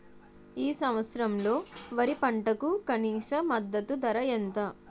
ఈ సంవత్సరంలో వరి పంటకు కనీస మద్దతు ధర ఎంత?